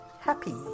happy